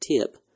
tip